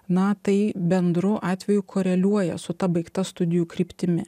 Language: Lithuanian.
na tai bendru atveju koreliuoja su ta baigta studijų kryptimi